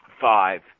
five